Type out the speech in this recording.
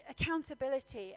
accountability